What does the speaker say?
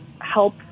help